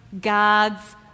God's